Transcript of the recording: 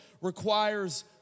requires